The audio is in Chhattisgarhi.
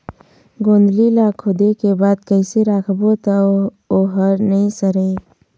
गोंदली ला खोदे के बाद कइसे राखबो त ओहर नई सरे?